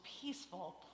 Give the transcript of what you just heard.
peaceful